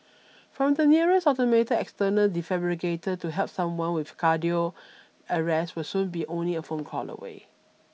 finding the nearest automated external defibrillator to help someone with cardiac arrest will soon be only a phone call away